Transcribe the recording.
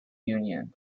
union